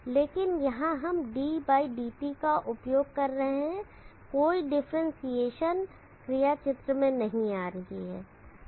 लेकिन यहाँ हम ddt का उपयोग कर रहे हैं कोई डिफरेंटशिएशन क्रिया चित्र में नहीं आ रही है